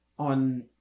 On